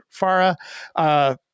Farah